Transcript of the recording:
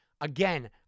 Again